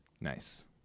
Nice